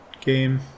game